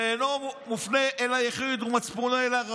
"זה אינו מופנה אל היחיד ומצפונו אלא אל